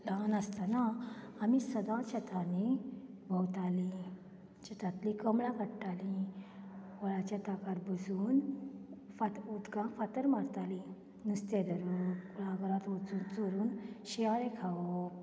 गांवांत आसतना आमी सदांच शेतांनी भोंवतालीं शेतांतलीं कमळां काडटालीं व्हाळाच्या तांकार बसून फात उदकांत फातर मारतालीं नुस्तें धरून कुळगरांत वोचून चोरून शियाळें खावप